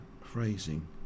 phrasing